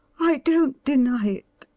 i don't deny it.